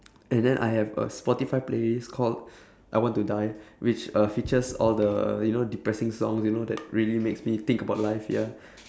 and then I have a spotify playlist called I want to die which uh features all the you know depressing songs you know that really makes me think about life yeah